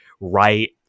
right